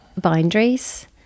boundaries